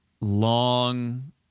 long